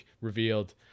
revealed